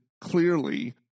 clearly